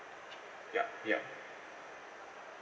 yup yup